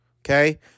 Okay